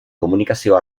komunikazio